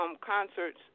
concerts